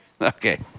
Okay